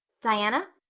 diana?